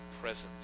presence